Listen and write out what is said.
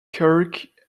kirk